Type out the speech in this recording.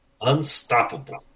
Unstoppable